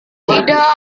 tidak